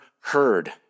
heard